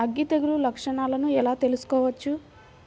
అగ్గి తెగులు లక్షణాలను ఎలా తెలుసుకోవచ్చు?